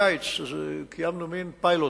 בקיץ קיימנו מין פיילוט,